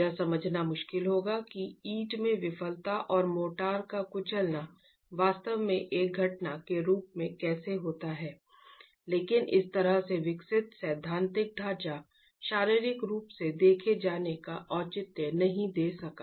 यह समझाना मुश्किल होगा कि ईंट में विफलता और मोर्टार का कुचलना वास्तव में एक घटना के रूप में कैसे होता है लेकिन इस तरह से विकसित सैद्धांतिक ढांचा शारीरिक रूप से देखे जाने का औचित्य नहीं दे सका